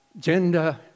gender